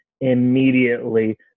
immediately